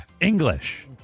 English